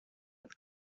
with